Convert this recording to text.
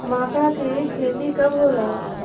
माका के खेती कब होला?